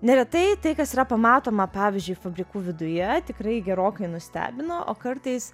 neretai tai kas yra pamatoma pavyzdžiui fabrikų viduje tikrai gerokai nustebina o kartais